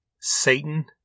Satan